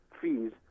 fees